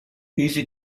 easy